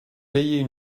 payez